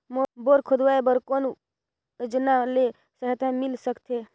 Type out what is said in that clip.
Bore खोदवाय बर कौन योजना ले सहायता मिल सकथे?